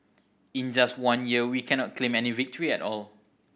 in just one year we cannot claim any victory at all